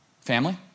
family